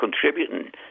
contributing